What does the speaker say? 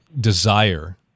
desire